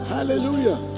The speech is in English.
Hallelujah